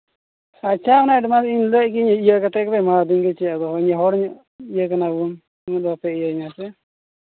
ᱟᱪᱪᱷᱟ ᱮᱰᱵᱷᱟᱱᱥ ᱞᱟᱹᱭᱮᱫ ᱜᱤᱭᱟᱹᱧ ᱤᱭᱟᱹ ᱠᱟᱛᱮᱫ ᱜᱮᱯᱮ ᱮᱢᱟᱣᱫᱤᱧ ᱪᱮᱫ ᱟᱫᱚ ᱤᱧ ᱦᱚᱲ ᱤᱭᱟᱹ ᱠᱟᱱᱟ ᱵᱚᱱ ᱤᱧ ᱵᱟᱯᱮ ᱤᱭᱟᱹ ᱤᱧᱟ ᱥᱮ